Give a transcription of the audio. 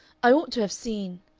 i ought to have seen